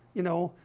you know,